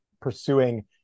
pursuing